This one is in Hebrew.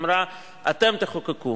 ייקרא "יישום תוכנית ההתנתקות".